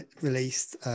released